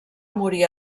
morir